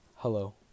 Hello